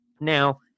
Now